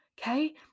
Okay